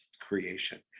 creation